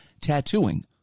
tattooing